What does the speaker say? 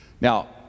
Now